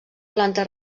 planta